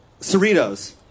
Cerritos